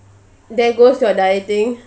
there goes your dieting